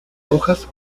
rojas